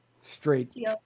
straight